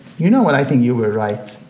you know what, i think you were right.